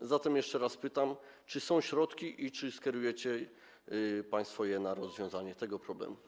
A zatem jeszcze raz pytam: Czy są środki i czy skierujecie je państwo na rozwiązanie tego problemu?